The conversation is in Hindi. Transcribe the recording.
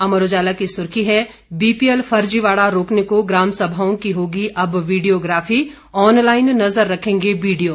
अमर उजाला की सुर्खी है बीपीएल फर्जीवाड़ा रोकने को ग्रामसभाओं की होगी अब वीडियोग्राफी ऑनलाईन नज़र रखेंगे बीडीओ